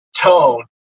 tone